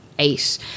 eight